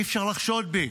אי-אפשר לחשוד בי.